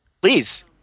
Please